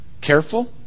careful